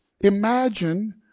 Imagine